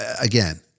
again